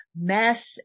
Mess